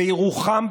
בירוחם,